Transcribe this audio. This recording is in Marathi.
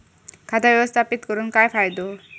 खाता व्यवस्थापित करून काय फायदो?